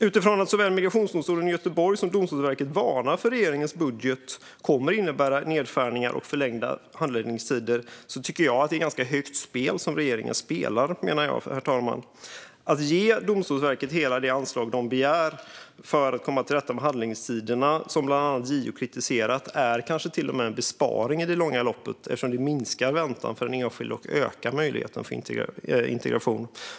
Utifrån att såväl Migrationsdomstolen i Göteborg som Domstolsverket varnar för att regeringens budget kommer att innebära nedskärningar och förlängda handläggningstider tycker jag att regeringen spelar ett högt spel, herr talman. Att ge Domstolsverket hela det anslag som det begär för att komma till rätta med handläggningstiderna, som bland annat JO kritiserat, är i det långa loppet kanske till och med en besparing. Det minskar väntan för den enskilde och ökar möjligheten för integration.